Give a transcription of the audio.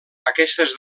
aquestes